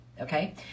okay